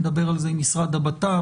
נדבר על זה עם משרד הבט"פ,